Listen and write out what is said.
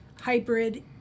hybrid